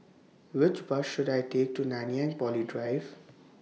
Which Bus should I Take to Nanyang Poly Drive